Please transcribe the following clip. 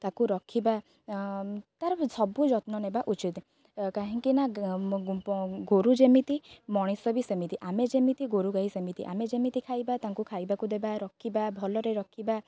ତାଙ୍କୁ ରଖିବା ତା'ର ସବୁ ଯତ୍ନ ନେବା ଉଚିତ କାହିଁକି ନା ଗୋରୁ ଯେମିତି ମଣିଷ ବି ସେମିତି ଆମେ ଯେମିତି ଗୋରୁ ଗାଈ ସେମିତି ଆମେ ଯେମିତି ଖାଇବା ତାଙ୍କୁ ଖାଇବାକୁ ଦେବା ରଖିବା ଭଲରେ ରଖିବା